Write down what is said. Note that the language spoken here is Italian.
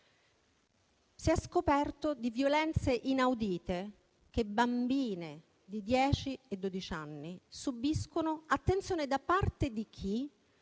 si è scoperto di violenze inaudite che bambine di dieci e dodici anni subiscono, attenzione, da parte di chi?